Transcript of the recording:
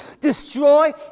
destroy